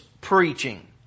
preaching